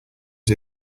was